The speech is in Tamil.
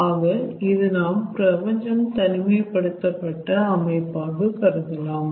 ஆக இது நாம் பிரபஞ்சம் தனிமைப்படுத்தப்பட்ட அமைப்பாக கருதலாம்